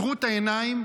טרוט עיניים,